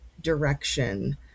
direction